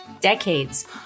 decades